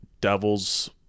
devil's